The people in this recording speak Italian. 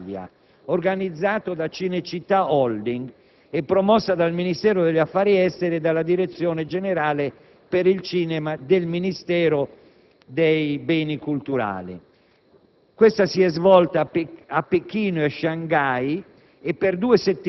Mi riferisco all'iniziativa italiana «Il cinema esplora l'Italia», organizzata da Cinecittà *holding* e promossa dal Ministero degli affari esteri e dalla Direzione generale per il cinema del Ministero per i beni e le